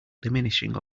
diminishing